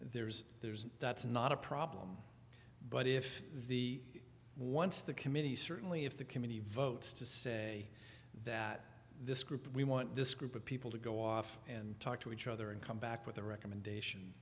there's that's not a problem but if the once the committee certainly if the committee votes to say that this group we want this group of people to go off and talk to each other and come back with a recommendation